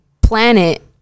planet